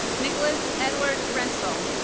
nicholas edward reinsel